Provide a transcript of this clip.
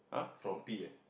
from P eh